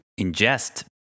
ingest